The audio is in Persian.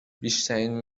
بیشترین